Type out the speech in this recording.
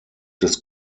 des